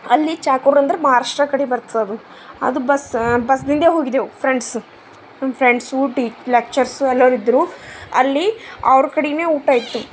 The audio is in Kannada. ಅಲ್ಲಿ ಚಾಕೂರ್ ಅಂದರ ಮಹಾರಾಷ್ಟ್ರ ಕಡೆ ಬರ್ತದದು ಅದು ಬಸ್ ಬಸ್ದಿಂದೆ ಹೋಗಿದ್ದೆವು ಫ್ರೆಂಡ್ಸು ನಮ್ಮ ಫ್ರೆಂಡ್ಸು ಟೀಚ್ ಲೆಕ್ಚರ್ಸು ಎಲ್ಲರು ಇದ್ದರು ಅಲ್ಲಿ ಅವ್ರ ಕಡೆನೇ ಊಟ ಇತ್ತು